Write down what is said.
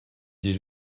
des